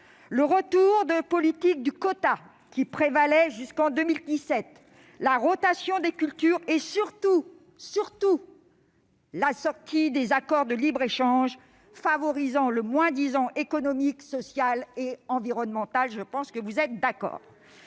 le retour des politiques du quota qui prévalaient jusqu'en 2017, la rotation des cultures et, surtout, la sortie des accords de libre-échange favorisant le moins-disant économique, social et environnemental. Je pense que vous serez d'accord